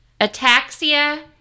ataxia